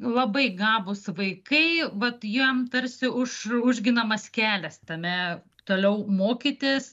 labai gabūs vaikai vat jiem tarsi už užginamas kelias tame toliau mokytis